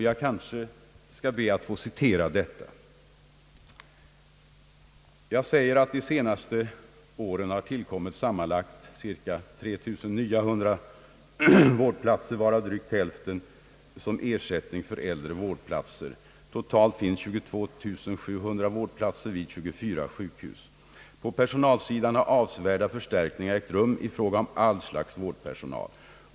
Jag ber att få citera: »De senare åren har tillkommit sammanlagt cirka 3900 nya vårdplatser, varav drygt hälften som ersättning för äldre vårdplatser. Totalt finns cirka 22700 vårdplatser vid 24 sjukhus. På personalsidan har avsevärda förstärkningar ägt rum i fråga om all slags vårdpersonal.